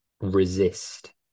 resist